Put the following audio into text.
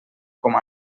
com